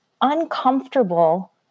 uncomfortable